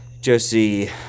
Josie